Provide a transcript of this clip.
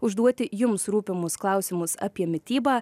užduoti jums rūpimus klausimus apie mitybą